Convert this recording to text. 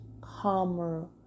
calmer